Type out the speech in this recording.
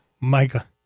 Micah